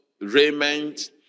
raiment